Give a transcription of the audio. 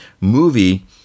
movie